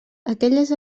aquelles